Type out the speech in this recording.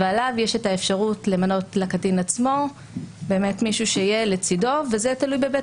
ועליה יש את האפשרות למנות לקטין עצמו מישהו שיהיה לצדו וזה תלוי בבית